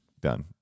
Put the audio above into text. Done